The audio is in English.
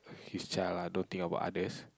his child ah don't think about others